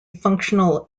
functional